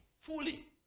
fully